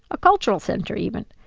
a cultural center even,